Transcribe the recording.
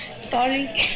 Sorry